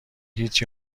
هیچی